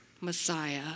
Messiah